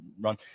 run